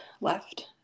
left